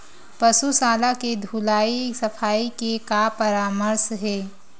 पशु शाला के धुलाई सफाई के का परामर्श हे?